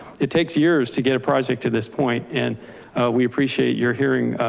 it takes years to get a project to this point. and we appreciate your hearing,